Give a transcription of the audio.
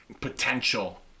potential